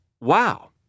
wow